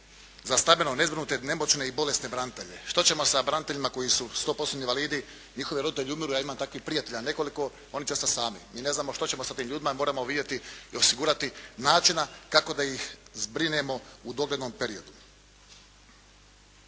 za stambeno nezbrinute, nemoćne i bolesne branitelje. Što ćemo sa braniteljima koji su 100%-tni invalidi? Njihovi roditelji umiru, ja imam takvih prijatelja nekoliko. Oni će ostati sami. I ne znamo što ćemo sa tim ljudima. Moramo vidjeti i osigurati načina kako da ih zbrinemo u doglednom periodu.